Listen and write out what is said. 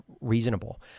reasonable